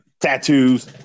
tattoos